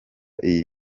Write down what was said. iyi